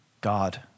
God